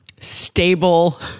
stable